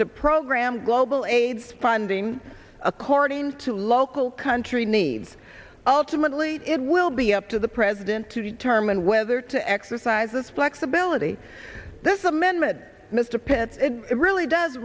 to program global aids funding according to local country needs ultimately it will be up to the president to determine whether to exercise this flexibility this amendment mr pitts really does